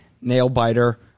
nail-biter